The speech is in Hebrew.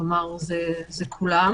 כלומר זה כולם.